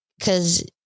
Cause